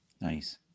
Nice